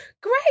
great